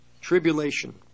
Tribulation